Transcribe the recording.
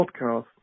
podcast